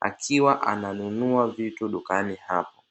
akiwa ananunua vitu dukani hapo.